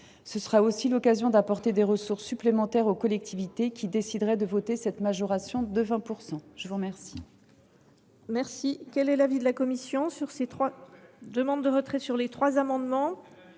Ce sera aussi l’occasion d’apporter des ressources supplémentaires aux collectivités qui décideraient de voter cette majoration, qui peut aller